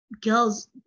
girls